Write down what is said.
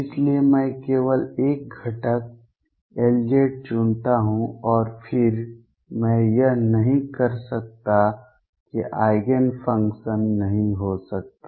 इसलिए मैं केवल 1 घटक Lz चुनता हूं और फिर मैं यह नहीं कर सकता कि आइगेन फंक्शन नहीं हो सकता